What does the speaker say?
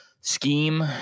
scheme